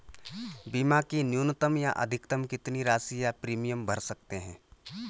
बीमा की न्यूनतम या अधिकतम कितनी राशि या प्रीमियम भर सकते हैं?